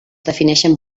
defineixen